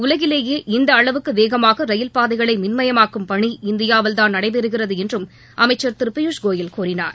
உலகிலேயே இந்த அளவுக்கு வேகமாக ரயில்பாதைகளை மின்மயமாக்கும் பணி இந்தியாவில் தான் நடைபெறுகிறது என்று அமைச்சர் திரு பியுஷ்கோயல் கூறினார்